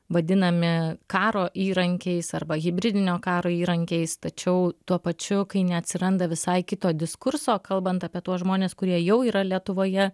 vadinami karo įrankiais arba hibridinio karo įrankiais tačiau tuo pačiu kai neatsiranda visai kito diskurso kalbant apie tuos žmones kurie jau yra lietuvoje